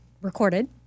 recorded